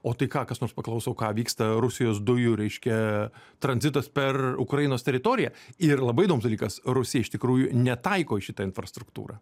o tai ką kas nors paklaus o ką vyksta rusijos dujų reiškia tranzitas per ukrainos teritoriją ir labai įdomus dalykas rusija iš tikrųjų netaiko į šitą infrastruktūrą